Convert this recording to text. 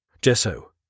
Gesso